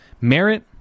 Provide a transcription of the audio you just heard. merit